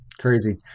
Crazy